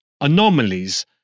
anomalies